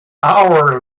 hour